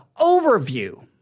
overview